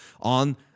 on